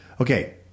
Okay